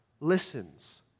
listens